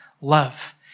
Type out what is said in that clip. love